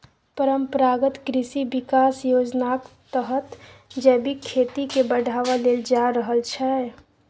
परंपरागत कृषि बिकास योजनाक तहत जैबिक खेती केँ बढ़ावा देल जा रहल छै